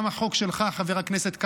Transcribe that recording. גם החוק שלך, חבר הכנסת קלנר,